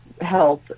health